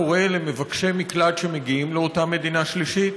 קורה למבקשי מקלט שמגיעים לאותה מדינה שלישית?